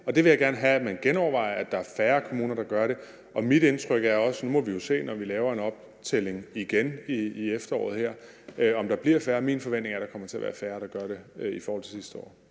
og det vil jeg gerne have at man genovervejer – så der er færre kommuner, der gør det. Nu må vi jo se, når vi laver en optælling igen i efteråret, om der bliver færre. Min forventning er, at der kommer til at være færre, der gør det, i forhold til sidste år.